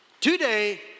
today